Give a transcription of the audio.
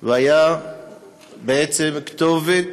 והייתה בעצם כתובת